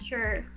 Sure